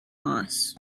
moss